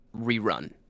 rerun